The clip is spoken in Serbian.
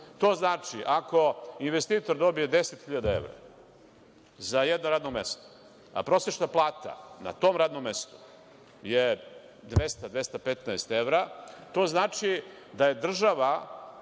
To znači, ako investitor dobije 10.000 eura za jedno radno mesto, a prosečna plata na tom radnom mestu je 200, 215 evra, to znači da je država,